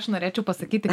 aš norėčiau pasakyti